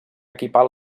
equipar